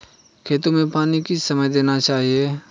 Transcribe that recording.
खेतों में पानी किस समय देना चाहिए?